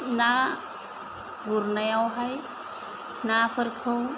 ना गुरनायावहाय नाफोरखौ